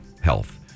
health